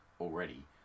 already